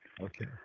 okay